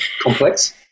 complex